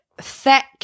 thick